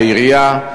העירייה.